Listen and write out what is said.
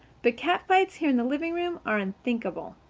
but cat-fights here in the livingroom are unthinkable.